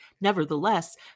Nevertheless